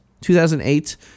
2008